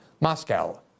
Moscow